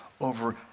over